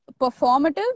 performative